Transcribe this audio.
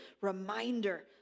reminder